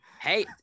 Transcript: Hey